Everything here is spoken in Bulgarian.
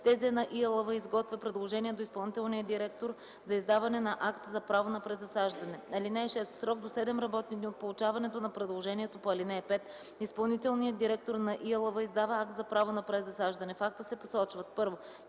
ТЗ на ИАЛВ изготвя предложение до изпълнителния директор за издаване на акт за право на презасаждане. (6) В срок до 7 работни дни от получаването на предложението по ал. 5 изпълнителният директор на ИАЛВ издава акт за право на презасаждане. В акта се посочват: 1.